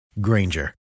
Granger